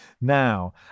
now